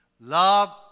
Love